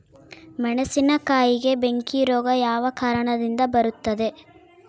ಮೆಣಸಿನಕಾಯಿಗೆ ಬೆಂಕಿ ರೋಗ ಯಾವ ಕಾರಣದಿಂದ ಬರುತ್ತದೆ?